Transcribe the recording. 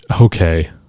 Okay